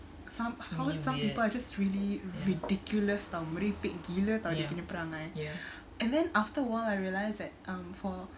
some how are some people are just really ridiculous [tau] merepek gila [tau] dia punya perangai and then after awhile I realized that for